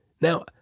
Now